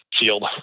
field